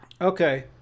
Okay